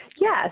Yes